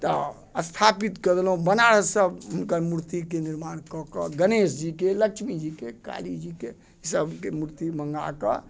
तऽ स्थापित कऽ देलहुॅं बनारस से हुनकर मूर्तिके निर्माण कऽ कऽ गणेशजीके लक्ष्मीजीके कालीजीके सभके मूर्ति मंगा कऽ